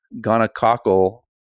gonococcal